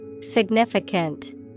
Significant